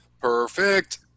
Perfect